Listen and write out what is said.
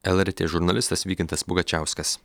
lrt žurnalistas vykintas pugačiauskas